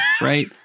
Right